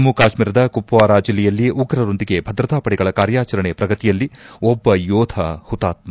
ಜಮ್ನ ಕಾಶ್ವೀರದ ಕುಪ್ನಾರ ಜಲ್ಲೆಯಲ್ಲಿ ಉಗ್ರರೊಂದಿಗೆ ಭದ್ರತಾ ಪಡೆಗಳ ಕಾರ್ಯಾಚರಣೆ ಪ್ರಗತಿಯಲ್ಲಿ ಒಬ್ಲ ಯೋಧ ಹುತಾತ್ನ